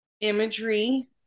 imagery